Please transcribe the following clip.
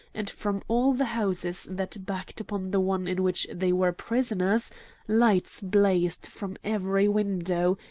and from all the houses that backed upon the one in which they were prisoners lights blazed from every window,